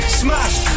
smash